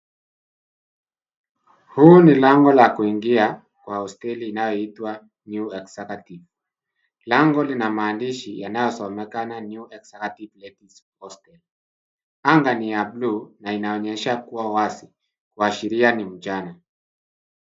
Huu ni lango la kuingia kwa hosteli inayoitwa, New Executive. Lango lina maandishi yanayosomekana, New Executive Ladies Hostel. Anga ni ya blue , na inaonyesha kua wazi, kuashiria ni mchana.